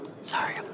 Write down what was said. Sorry